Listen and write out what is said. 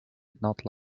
not